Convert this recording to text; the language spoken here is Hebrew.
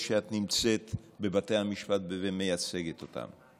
שאת נמצאת איתם בבתי המשפט ומייצגת אותם.